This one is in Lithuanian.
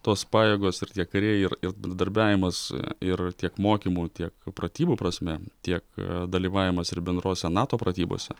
tos pajėgos ir tie kariai ir ir bendradarbiavimas ir tiek mokymų tiek pratybų prasme tiek dalyvavimas ir bendrose nato pratybose